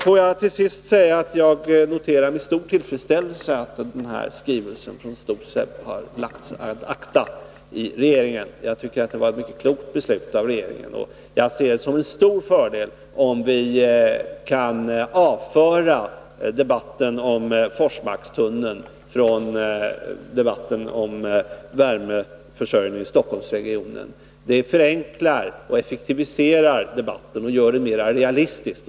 Får jag till sist säga att jag noterar med stor tillfredsställelse att skrivelsen om hetvattentunneln i stort sett lagts ad acta av regeringen. Jag tycker att det var ett klokt beslut av regeringen. Jag ser det som en stor fördel, om vi kan avföra Forsmarkstunneln från debatten om värmeförsörjningen i Stockholmsregionen. Det förenklar och effektiviserar debatten och gör den mer realistisk.